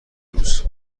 روز